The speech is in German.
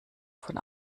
von